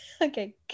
okay